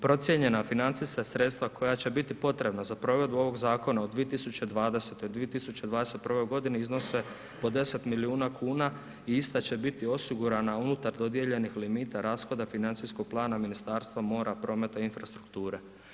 Procijenjena financijska sredstva koja će biti potrebna za provedbu ovog zakona u 2020. i 2021. g. iznose po 10 milijuna kuna i ista će biti osigurana unutar dodijeljenih limita rashoda financijskog plana Ministarstva mora, prometa i infrastrukture.